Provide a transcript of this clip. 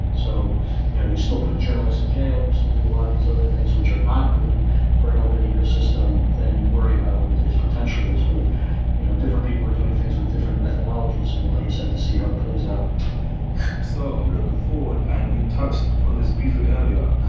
so you know you still put journalists in jail. you still do a lot of these others which are not good for an open ecosystem then you worry about what its potential is, but you know different people are doing things with different methodologies and we'll just have to see how it plays out so i'm looking forward and you touched upon this briefly earlier.